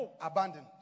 Abandoned